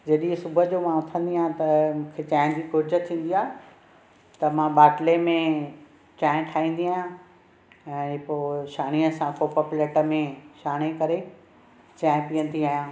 जॾहिं सुबुह जो मां उथंदी आ त मूंखे चांहि जी घुरिजु थींदी आहे त मां ॿाटले में चांहि ठाईंदी आहियां ऐं पोइ छाणीअ या कोप पलेट में छाणे करे चांहि पिअंदी आहियां